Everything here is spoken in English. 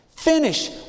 Finish